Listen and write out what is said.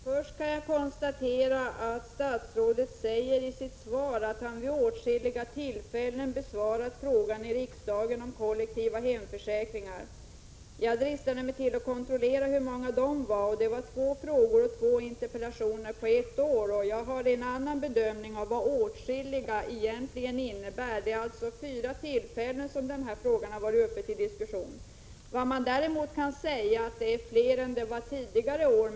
2 februari 1987 Herr talman! Först kan jag konstatera att statsrådet i sitt svar säger att han Am or omi. ro vid åtskilliga tillfällen i riksdagen har besvarat frågan om kollektiva hemförsäkringar. Jag dristade mig till att kontrollera hur många gånger det var. Det var två frågor och två interpellationer på ett år. Jag har en annan bedömning av vad ”åtskilliga” egentligen innebär. Det är alltså vid fyra tillfällen som den här frågan har varit uppe till diskussion. Vad man däremot kan säga är att det har varit fler tillfällen än tidigare år.